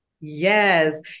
Yes